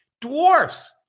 dwarfs